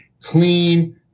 clean